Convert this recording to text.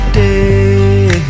day